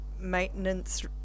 maintenance